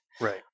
Right